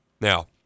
Now